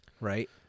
Right